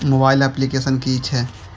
Mobile application कि छै?